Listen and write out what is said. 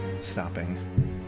stopping